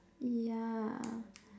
yeah